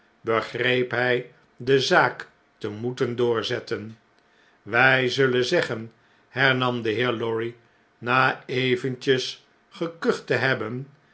begreep hij de zaak te moeten doorzetten wij zullen zeggen hernam de heer lorry na eventjes gekucht te hebben